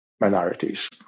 minorities